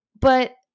but-